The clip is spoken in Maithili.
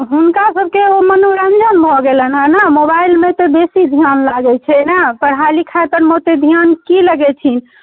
हुनका सबके ओ मनोरञ्जन भऽ गेलनि हँ ने मोबाइलमे तऽ बेसी ध्यान लागैत छै ने पढ़ाइ लिखाइ परमे ओतेक ध्यान की लगेथिन